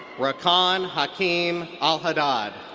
rakaan hakim alhaddad.